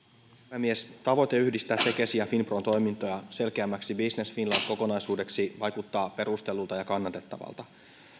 puhemies tavoite yhdistää tekesin ja finpron toimintaa selkeämmäksi business finland kokonaisuudeksi vaikuttaa perustellulta ja kannatettavalta